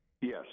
yes